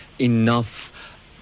enough